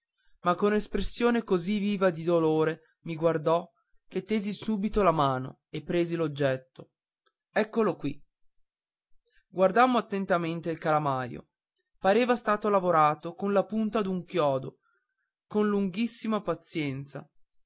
ma con espressione così viva di dolore mi guardò che tesi subito la mano e presi l'oggetto eccolo qui guardammo attentamente il calamaio pareva stato lavorato con la punta d'un chiodo con lunghissima pazienza